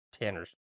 Tanner's